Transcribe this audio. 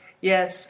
Yes